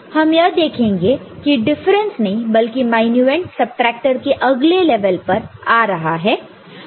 हम यह देखेंगे की डिफरेंसनहीं बल्कि मायन्यूएंड सबट्रैक्टर के अगले लेवल पर आ रहा है